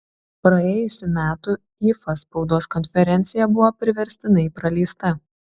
praėjusių metų ifa spaudos konferencija buvo priverstinai praleista